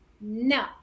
No